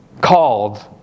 Called